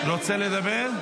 רוצה לדבר?